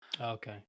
Okay